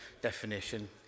definition